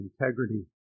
integrity